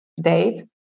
date